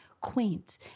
quaint